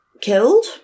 killed